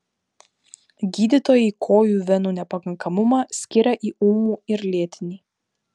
gydytojai kojų venų nepakankamumą skiria į ūmų ir lėtinį